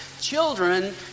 children